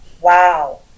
wow